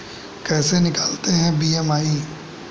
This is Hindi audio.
कैसे निकालते हैं बी.एम.आई?